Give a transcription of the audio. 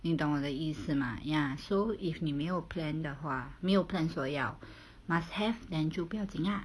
你懂我的意思吗 ya so if 你没有 plan 的话没有 plans for 要 must have then 就不要紧啊